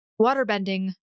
waterbending